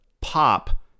pop